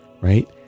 right